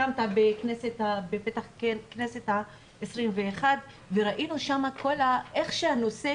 הקמת בפתח הכנסת ה-21 וראינו שם איך שהנושא